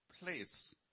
place